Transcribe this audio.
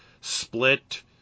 Split